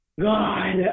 god